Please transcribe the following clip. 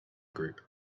group